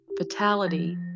fatality